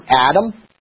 Adam